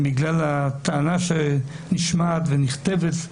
בגלל הטענה שנשמעת ונכתבת,